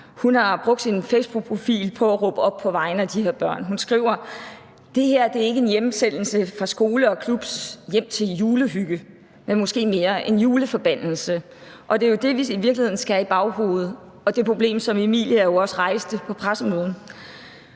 har brugt sin facebookprofil til at råbe op på vegne af de her børn. Hun skriver: Det her, det er ikke en hjemsendelse fra skole og klub hjem til julehygge, men måske mere en juleforbandelse. Det er jo det, vi i virkeligheden skal have i baghovedet, og det problem, som Emilia jo også rejste på pressemødet.